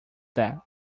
that